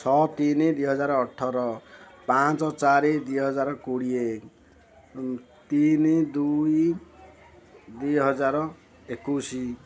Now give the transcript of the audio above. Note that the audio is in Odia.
ଛଅ ତିନି ଦୁଇହଜାର ଅଠର ପାଞ୍ଚ ଚାରି ଦୁଇହଜାର କୋଡ଼ିଏ ତିନି ଦୁଇ ଦୁଇହଜାର ଏକୋଇଶି